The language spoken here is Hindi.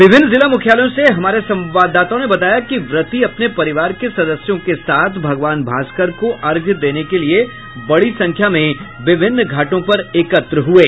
विभिन्न जिला मुख्यालयों से हमारे संवाददाताओं ने बताया कि व्रती अपने परिवार के सदस्यों के साथ भगवान भास्कर को अर्घ्य देने के लिए बड़ी संख्या में विभिन्न घाटों पर एकत्र हुये